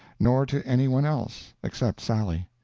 nor to any one else except sally.